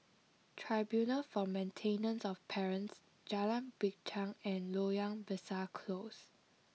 Tribunal for Maintenance of Parents Jalan Binchang and Loyang Besar Close